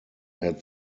had